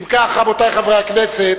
אם כך, רבותי חברי הכנסת,